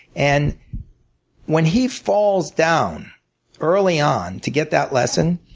and when he falls down early on to get that lesson,